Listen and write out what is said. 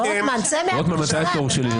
רוטמן, מתי התור שלי?